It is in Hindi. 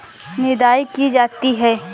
निदाई की जाती है?